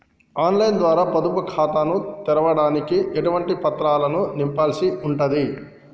On line ద్వారా పొదుపు ఖాతాను తెరవడానికి ఎటువంటి పత్రాలను నింపాల్సి ఉంటది?